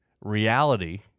reality